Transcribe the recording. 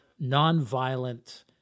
nonviolent